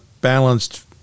balanced